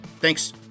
Thanks